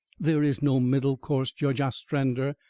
there is no middle course, judge ostrander.